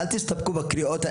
אך אל תסתפקו בלגנות.